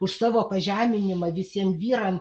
už savo pažeminimą visiem vyram